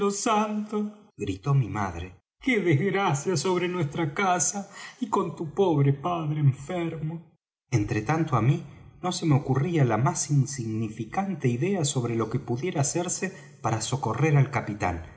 santos grito mi madre qué desgracia sobre nuestra casa y con tu pobre padre enfermo entre tanto á mí no se me ocurría la más insignificante idea sobre lo que pudiera hacerse para socorrer al capitán